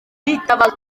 bitabaza